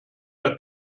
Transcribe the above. der